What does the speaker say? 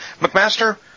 McMaster